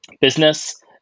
business